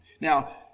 Now